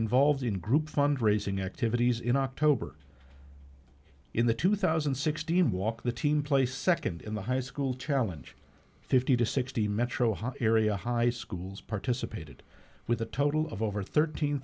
involved in group fundraising activities in october in the two thousand and sixteen walk the team placed second in the high school challenge fifty to sixty metro area high schools participated with a total of over thirteen